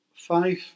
five